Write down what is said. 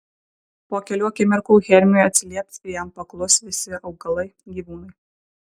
po kelių akimirkų hermiui atsilieps ir jam paklus visi augalai gyvūnai